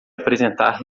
apresentar